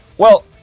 well,